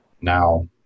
Now